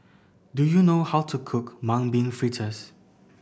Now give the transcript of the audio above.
do you know how to cook Mung Bean Fritters